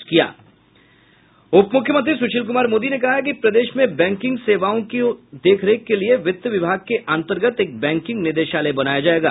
उपमुख्यमंत्री सुशील कुमार मोदी ने कहा है कि प्रदेश में बैंकिंग सेवाओं की देखरेख के लिए वित्त विभाग के अन्तर्गत एक बैंकिंग निदेशालय बनाया जायेगा